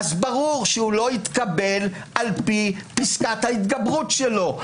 ברור שהוא לא התקבל על פי פסקת ההתגברות שלו.